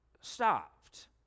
stopped